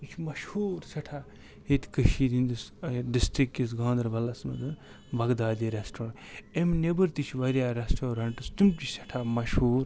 یہِ چھُ مَشہور سٮ۪ٹھاہ ییٚتہِ کٔشیٖر ہٕنٛدس ٲں ڈِسٹِرٛک کِس گاندربلَس مَنٛز بَغدادی ریٚسٹورنٛٹ اَمہِ نیٚبر تہِ چھِ واریاہ ریٚسٹورنٹٕس تِم تہِ چھِ سٮ۪ٹھاہ مَشہور